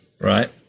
right